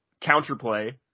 counterplay